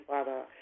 Father